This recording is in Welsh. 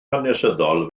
hanesyddol